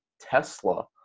tesla